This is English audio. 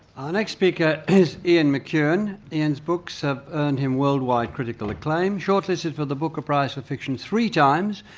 our next speaker is ian mcewan. ian's books have earned him worldwide critical acclaim. short-listed for the booker prize for fiction three times,